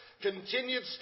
continued